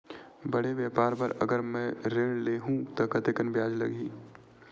बड़े व्यापार बर अगर मैं ऋण ले हू त कतेकन ब्याज लगही?